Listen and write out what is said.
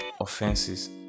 offenses